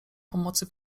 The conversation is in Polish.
pomocy